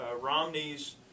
Romney's